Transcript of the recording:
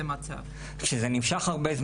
בדיוק, ככלל כולם כפופים לדין